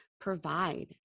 provide